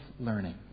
learning